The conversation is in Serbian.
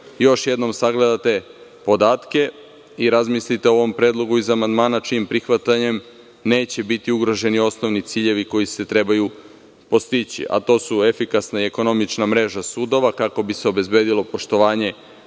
još jednom sagledate podatke i razmislite o ovom predlogu iz amandmana čijim prihvatanjem neće biti ugroženi osnovni ciljevi koji se trebaju postići, a to su efikasna i ekonomična mreža sudova, kako bi se obezbedilo poštovanje